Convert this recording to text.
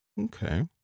Okay